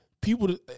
people –